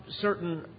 certain